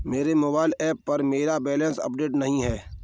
मेरे mobile app पर मेरा बैलेंस अपडेट नहीं है